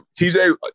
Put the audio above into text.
TJ